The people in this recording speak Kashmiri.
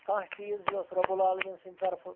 کانٛہہ چیٖز یہِ اوس رَبُّ العالَمیٖن سٕنٛدِ طرفہٕ